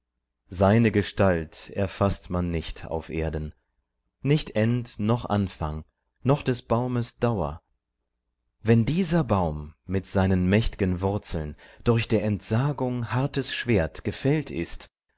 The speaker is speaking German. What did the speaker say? seine gestalt erfaßt man nicht auf erden nicht end noch anfang noch des baumes dauer wenn dieser baum mit seinen mächt'gen wurzeln durch der entsagung hartes schwert gefällt ist